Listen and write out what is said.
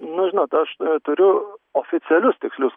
nu žinot aš turiu oficialius tikslius